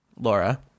Laura